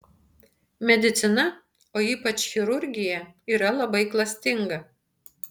medicina o ypač chirurgija yra labai klastinga